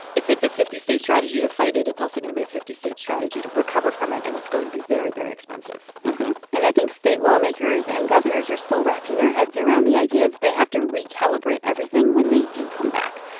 if it's a fifty state strategy to fight it, it's also going to be a fifty state strategy to recover from it. and that's going to be very, very expensive and i think state lawmakers and governors are still wrapping their heads around the idea of they have to recalibrate everything when they do come back.